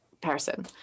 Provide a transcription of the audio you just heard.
person